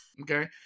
Okay